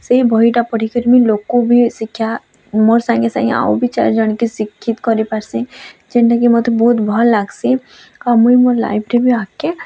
ସେଇ ବହିଟା ପଢ଼ିକିରି ମୁଇଁ ଲୋକ୍କୁ ବି ଶିକ୍ଷା ମୋର୍ ସାଙ୍ଗେ ସାଙ୍ଗେ ଆଉ ବି ଚାରି ଜଣଙ୍କେ ଶିକ୍ଷିତ୍ କରି ପାର୍ସିଁ ଜେନ୍ଟା କି ମତେ ବହୁତ୍ ଭଲ୍ ଲାଗ୍ସି ଆଉ ମୁଇଁ ମୋ ଲାଇଫ୍ରେ ବି ଆଗ୍କେ